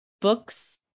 books